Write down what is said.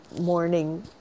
morning